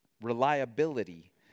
reliability